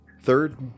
Third